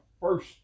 first